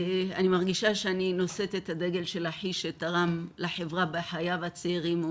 אני מרגישה שאני נושאת את הדגל של אחי שתרם לחברה בחייו הצעירים,